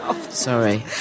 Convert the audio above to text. Sorry